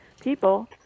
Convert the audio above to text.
people